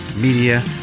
media